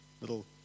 Little